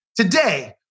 Today